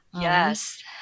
Yes